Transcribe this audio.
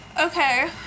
Okay